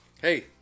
hey